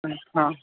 हा